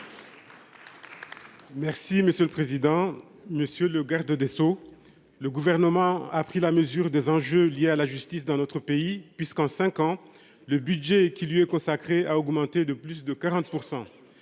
Merci monsieur le président, monsieur le garde des Sceaux. Le gouvernement a pris la mesure des enjeux liés à la justice dans notre pays puisqu'en 5 ans le budget qui lui est consacré, a augmenté de plus de 40%.